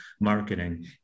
marketing